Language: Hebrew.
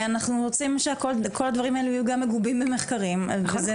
אנחנו רוצים שכל הדברים האלו יהיו גם מגובים במחקרים וזה